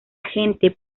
gente